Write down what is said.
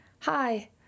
Hi